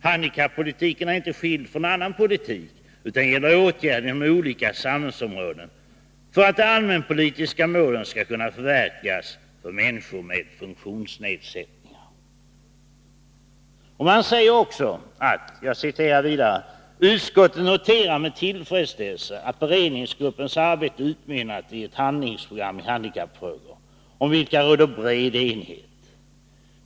Handikappolitiken är inte skild från annan politik utan gäller åtgärder inom olika samhällsområden för att de allmänpolitiska målen skall kunna förverkligas för människor med funktionsnedsättningar.” Utskottet skriver vidare: ”Utskottet noterar med tillfredsställelse att beredningsgruppens arbete utmynnat i ett handlingsprogram i handikappfrågor om vilket råder bred enighet.